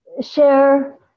share